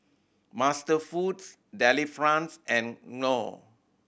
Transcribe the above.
MasterFoods Delifrance and Knorr